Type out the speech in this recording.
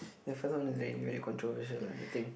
the first one was really really controversial I think